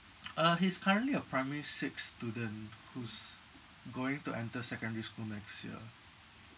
uh he's currently a primary six student who's going to enter secondary school next year